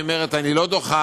שהיא אומרת: אני לא דוחה.